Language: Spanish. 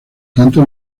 tanto